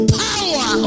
power